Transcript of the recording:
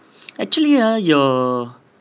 actually ah your